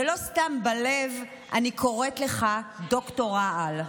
ולא סתם בלב אני קוראת לך דוקטור רעל.